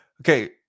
okay